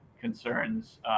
concerns